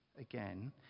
Again